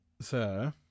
sir